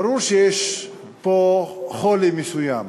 ברור שיש פה חולי מסוים.